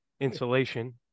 insulation